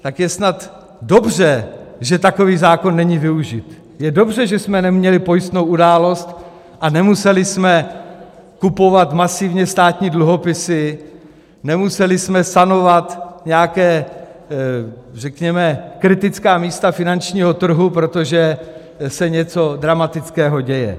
Tak je snad dobře, že takový zákon není využit, je dobře, že jsme neměli pojistnou událost a nemuseli jsme kupovat masivně státní dluhopisy, nemuseli jsme sanovat nějaká řekněme kritická místa finančního trhu, protože se něco dramatického děje.